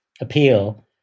appeal